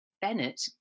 bennett